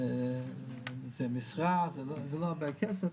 זה משרה, זה לא הרבה כסף,